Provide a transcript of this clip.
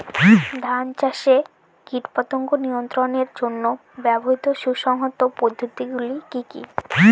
ধান চাষে কীটপতঙ্গ নিয়ন্ত্রণের জন্য ব্যবহৃত সুসংহত পদ্ধতিগুলি কি কি?